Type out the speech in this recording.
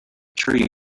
tree